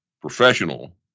professional